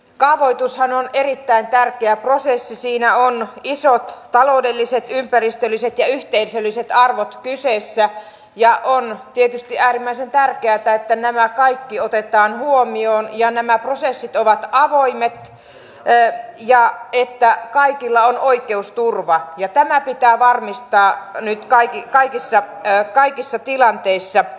kaavoitushan on erittäin tärkeä prosessi siinä on isot taloudelliset ympäristölliset ja yhteisölliset arvot kyseessä ja on tietysti äärimmäisen tärkeätä että nämä kaikki otetaan huomioon ja nämä prosessit ovat avoimet ja kaikilla on oikeusturva tämä pitää varmistaa nyt kaikissa tilanteissa